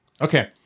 Okay